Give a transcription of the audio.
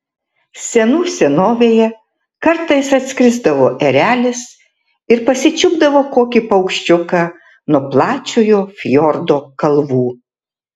senų senovėje kartais atskrisdavo erelis ir pasičiupdavo kokį paukščiuką nuo plačiojo fjordo kalvų